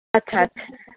अछा अछा